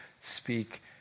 speak